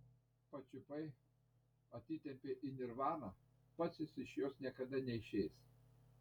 pačiupai atitempei į nirvaną pats jis iš jos niekada neišeis